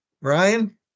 Ryan